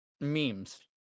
memes